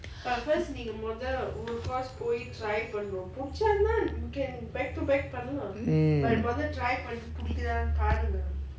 mm